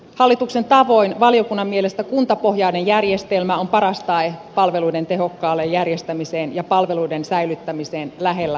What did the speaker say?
hallituksen tavoin valiokunnan mielestä kuntapohjainen järjestelmä on paras tae palveluiden tehokkaalle järjestämiselle ja palveluiden säilyttämiselle lähellä kuntalaisia